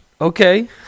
okay